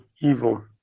evil